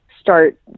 start